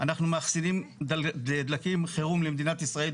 אנחנו מאחסנים דלקים חירום למדינת ישראל,